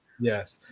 Yes